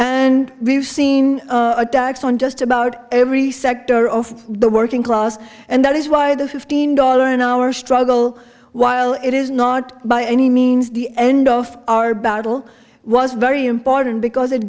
and we've seen attacks on just about every sector of the working class and that is why the fifteen dollars an hour struggle while it is not by any means the end of our battle was very important because it